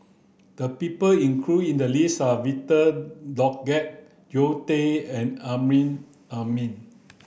the people include in the list are Victor Doggett Zoe Tay and Amrin Amin